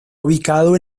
ubicado